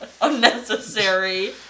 Unnecessary